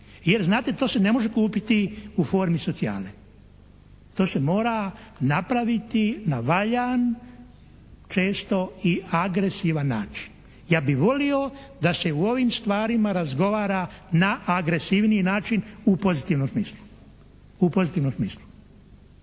Jer znate to se ne može kupiti u formi socijale. To se mora napraviti na valjan, često i agresivan način. Ja bih volio da se i u ovim stvarima razgovara na agresivniji način u pozitivnom smislu,